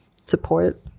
support